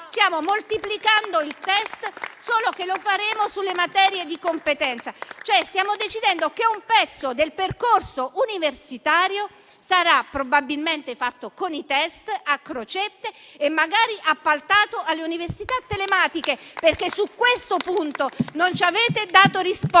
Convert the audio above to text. Stiamo moltiplicando i test, solo che lo faremo, sulle materie di competenza. Stiamo cioè decidendo che un pezzo del percorso universitario sarà probabilmente fatto con i test a crocette e magari appaltato alle università telematiche. Su questo punto, infatti, non ci avete dato risposte